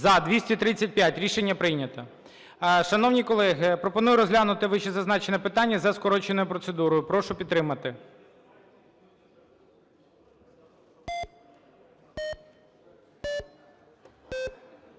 За-235 Рішення прийнято. Шановні колеги, пропоную розглянути вищезазначене питання за скороченою процедурою. Прошу підтримати.